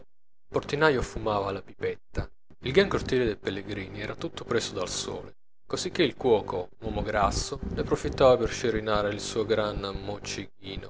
portinaio fumava la pipetta il gran cortile dei pellegrini era tutto preso dal sole così che il cuoco un uomo grasso ne profittava per sciorinare il suo gran